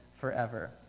forever